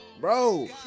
Bro